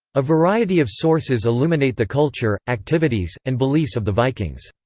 a variety of sources illuminate the culture, activities, and beliefs of the vikings.